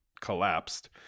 collapsed